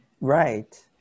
Right